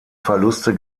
verluste